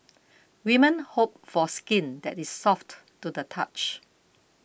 women hope for skin that is soft to the touch